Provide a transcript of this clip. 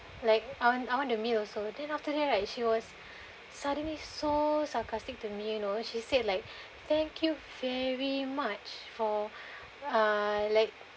like I want I want the meal also then after that right she was suddenly so sarcastic to me you know she said like thank you very much for uh like